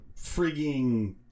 frigging